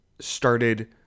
started